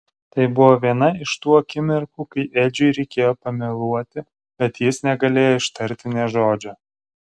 tai buvo viena iš tų akimirkų kai edžiui reikėjo pameluoti bet jis negalėjo ištarti nė žodžio